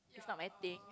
is not my thing